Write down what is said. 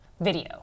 Video